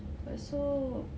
but so